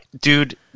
Dude